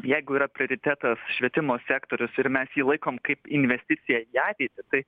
jeigu yra prioritetas švietimo sektorius ir mes jį laikom kaip investiciją į ateitį tai